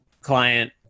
client